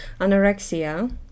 anorexia